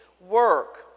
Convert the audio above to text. work